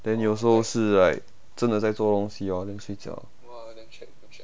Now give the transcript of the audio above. then 有时候是 like 真的在做东西 lor then 睡觉